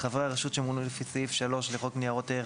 חברי הרשות שמונו לפי סעיף 3 לחוק ניירות ערך